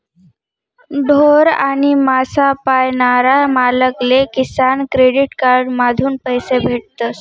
ढोर आणि मासा पायनारा मालक ले किसान क्रेडिट कार्ड माधून पैसा भेटतस